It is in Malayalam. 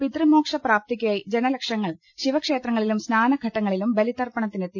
പിതൃമോക്ട് പ്രാപ്തിക്കായി ജന ലക്ഷങ്ങൾ ശിവക്ഷേത്രങ്ങളിലും സ്നാനഘട്ടങ്ങളിലും ബലി തർപ്പണത്തിനെത്തി